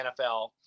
NFL